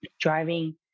driving